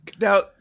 Now